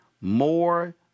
more